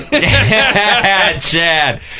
Chad